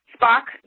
Spock